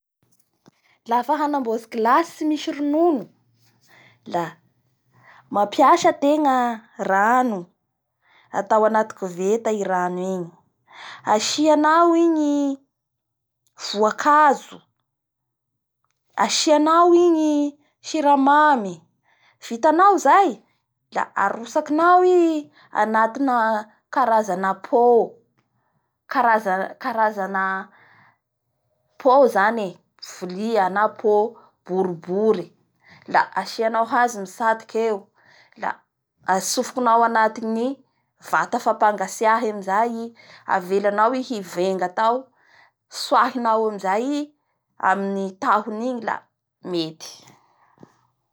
Lafa hanamboatry glace tsy misy ronono la mamapiasa antenga rano ataoa anyu koveta i rano igny asianaoa igny voakazo, asanao igny siramany, viatanao zay la arotsakinao i anatina karzana potkarana pot zany e, viia na pot boribory la asianao hazo mitsatoky eo, la atsofikinao anatin'ny vata fampangatsiahy amizay i, avelanao i hivenga tao tsoahinaoa amizay i, amin'ny tahony igny la mety.